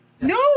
no